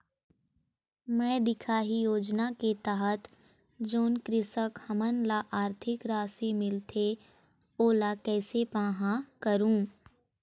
मैं दिखाही योजना के तहत जोन कृषक हमन ला आरथिक राशि मिलथे ओला कैसे पाहां करूं?